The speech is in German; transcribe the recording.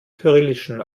kyrillischen